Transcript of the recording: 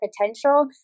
potential